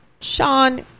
Sean